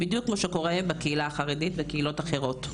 בדיוק כמו שקורה בקהילה החרדית, ובקהילות אחרות.